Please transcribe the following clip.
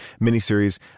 miniseries